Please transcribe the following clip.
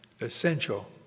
essential